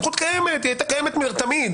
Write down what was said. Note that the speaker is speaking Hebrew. הייתה קיימת תמיד.